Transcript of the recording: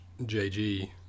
JG